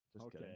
Okay